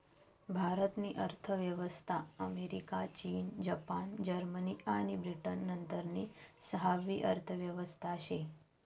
भारत नी अर्थव्यवस्था अमेरिका, चीन, जपान, जर्मनी आणि ब्रिटन नंतरनी सहावी अर्थव्यवस्था शे